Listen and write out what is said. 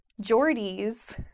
Jordy's